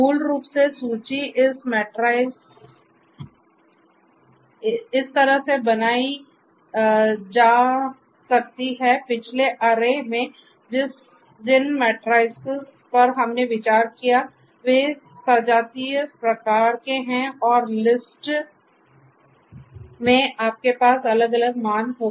मूल रूप से सूची इस तरह से बनाई जा सकती है पिछले अरे में आपके पास अलग अलग मान होते हैं